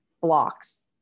blocks